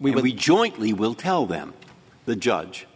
we jointly will tell them the judge